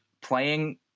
playing